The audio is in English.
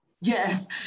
Yes